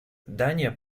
дания